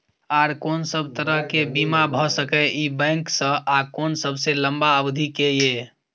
आर कोन सब तरह के बीमा भ सके इ बैंक स आ कोन सबसे लंबा अवधि के ये?